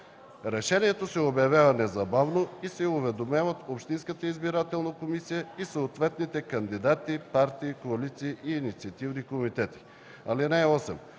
Решението се обявява незабавно и се уведомяват общинската избирателна комисия и съответните кандидати, партии, коалиции и инициативни комитети. (8)